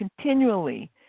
continually